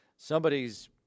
somebody's